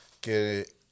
que